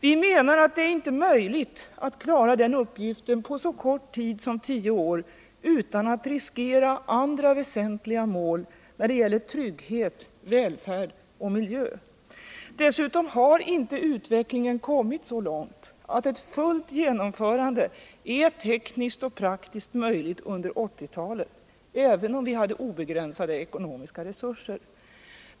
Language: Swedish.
Vi menar att det inte är möjligt att klara den uppgiften på så kort tid som tio år utan att riskera andra väsentliga mål när det gäller trygghet, välfärd och miljö. Dessutom har inte utvecklingen kommit så långt att ett fullt genomförande är tekniskt och praktiskt möjligt under 1980-talet, även om vi hade obegränsade ekonomiska resurser.